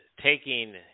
taking